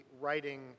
writing